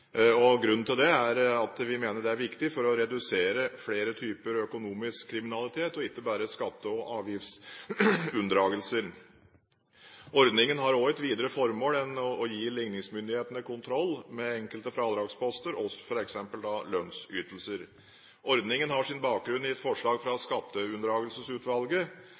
Grunnen til det er at vi mener det er viktig for å redusere flere typer økonomisk kriminalitet, ikke bare skatte- og avgiftsunndragelser. Ordningen har også et videre formål enn å gi ligningsmyndighetene kontroll med enkelte fradragsposter, som f.eks. lønnsytelser. Ordningen har sin bakgrunn i et forslag fra Skatteunndragelsesutvalget,